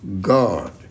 God